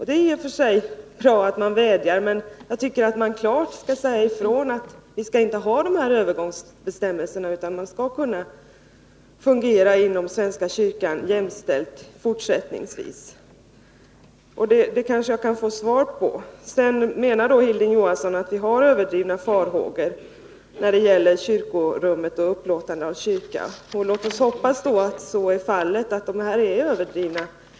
Det är i och för sig bra att man vädjar, men jag tycker att det klart skall sägas ifrån att vi inte skall ha sådana övergångsbestämmelser, utan att man fortsättningsvis skall kunna fungera jämställt inom svenska kyrkan. På den punkten kanske jag kan få ett svar. Vidare menar Hilding Johansson att vi har överdrivna farhågor när det gäller upplåtande av kyrka. Ja, låt oss hoppas att farhågorna är överdrivna.